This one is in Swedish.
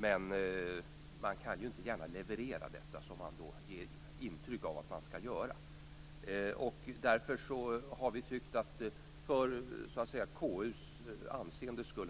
Men man kan inte gärna leverera detta, som man ju ger ett intryck av att man skall göra. Därför har vi tyckt att det, får jag nog säga, för KU:s anseendes skull